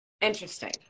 Interesting